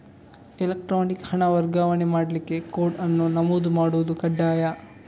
electronic ಹಣ ವರ್ಗಾವಣೆ ಮಾಡ್ಲಿಕ್ಕೆ ಕೋಡ್ ಅನ್ನು ನಮೂದು ಮಾಡುದು ಕಡ್ಡಾಯ